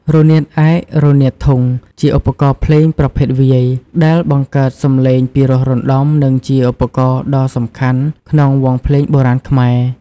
រនាតឯក រនាតធុង ជាឧបករណ៍ភ្លេងប្រភេទវាយ ដែលបង្កើតសំឡេងពិរោះរណ្ដំ និងជាឧបករណ៍ដ៏សំខាន់ក្នុងវង់ភ្លេងបុរាណខ្មែរ។